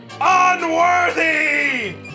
Unworthy